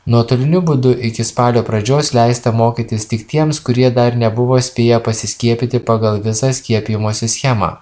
nuotoliniu būdu iki spalio pradžios leista mokytis tik tiems kurie dar nebuvo spėję pasiskiepyti pagal visą skiepijimosi schemą